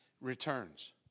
returns